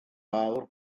fawr